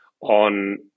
on